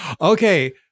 Okay